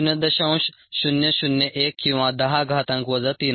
001 किंवा 10 घातांक वजा 3 असते